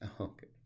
Okay